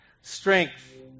strength